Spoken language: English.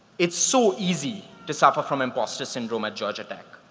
it's so easy to suffer from imposter syndrome at georgia tech.